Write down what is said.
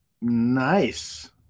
Nice